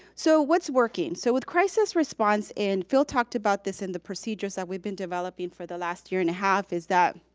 so what's working? so with crisis response and phil talked about this in the procedures that we've been developing for the last year and a half is that